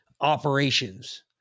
operations